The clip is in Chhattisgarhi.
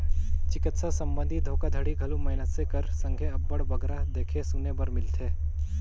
चिकित्सा संबंधी धोखाघड़ी घलो मइनसे कर संघे अब्बड़ बगरा देखे सुने बर मिलथे